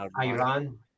Iran